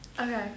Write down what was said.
Okay